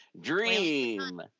Dream